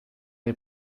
les